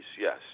yes